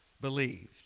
believed